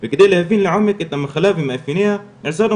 וכדי להבין לעומק את המחלה ומאפייניה נעזרנו